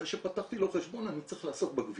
אחרי שפתחתי לו חשבון אני צריך לעסוק בגבייה,